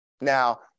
Now